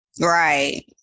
right